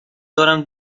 دارم